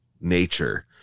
nature